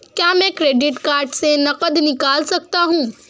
क्या मैं credit card से नकद निकाल सकता हूँ?